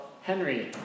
Henry